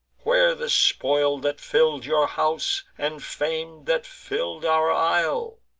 where the spoil that fill'd your house, and fame that fill'd our isle?